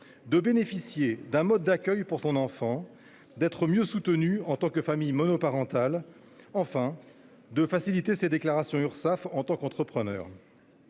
de bénéficier d'un mode d'accueil pour son enfant, d'être mieux soutenu en tant que famille monoparentale et, enfin, d'effectuer plus facilement ses déclarations Urssaf en tant qu'entrepreneur.